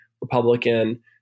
Republican